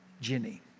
Jenny